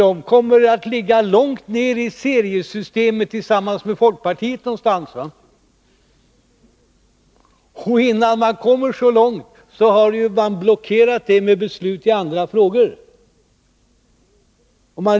De kommer att ligga någonstans långt nere i seriesystemet, tillsammans med folkpartiets. Och innan man kommer så långt har förslagen blockerats med beslut i andra frågor.